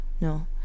no